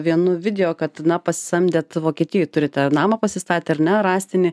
vienu video kad na pasisamdėt vokietijoj turite namą pasistatę ar ne rąstinį